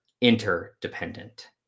interdependent